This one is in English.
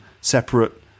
separate